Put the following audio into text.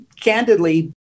candidly